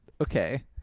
Okay